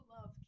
love